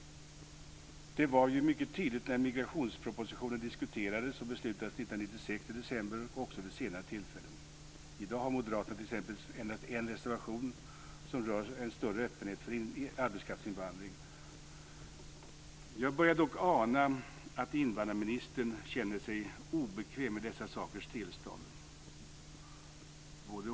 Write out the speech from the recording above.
Det var ju mycket tydligt när migrationspropositionen diskuterades och beslutades i december 1996 och också vid senare tillfällen. I dag har moderaterna t.ex. endast en reservation som rör en större öppenhet för arbetskraftsinvandring. Jag börjar dock ana att invandrarministern känner sig obekväm med dessa sakers tillstånd.